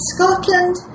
Scotland